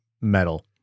metal